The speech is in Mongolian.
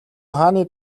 хааны